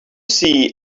see